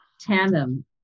tandem